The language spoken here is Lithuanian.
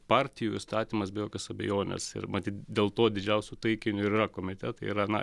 partijų įstatymas be jokios abejonės ir matyt dėl to didžiausiu taikiniu yra komitetai yra na